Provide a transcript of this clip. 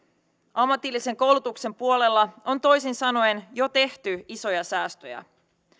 ammatillisen koulutuksen puolella on toisin sanoen jo tehty isoja säästöjä